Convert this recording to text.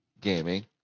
gaming